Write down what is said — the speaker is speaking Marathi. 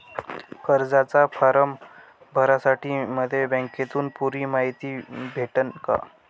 कर्जाचा फारम भरासाठी मले बँकेतून पुरी मायती भेटन का?